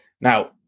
Now